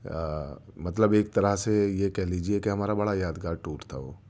یا مطلب ایک طرح سے یہ کہہ لیجیے کہ ہمارا بڑا یادگار ٹور تھا وہ